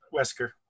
Wesker